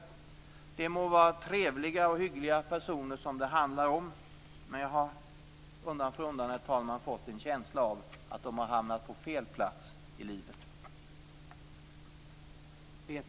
Det må vara trevliga och hyggliga personer det handlar om. Men jag har, herr talman, undan för undan fått en känsla av att de har hamnat på fel plats i livet.